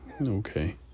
Okay